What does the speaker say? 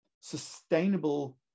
sustainable